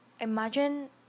Imagine